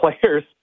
players –